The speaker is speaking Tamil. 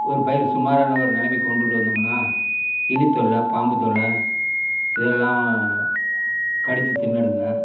ஒரு பயிறு சுமாரான ஒரு நிலமைக்கு கொண்டு வந்தோம்னா எலித்தொல்லை பாம்புத்தொல்லை இதெல்லாம் கடித்து தின்னுடுங்கள்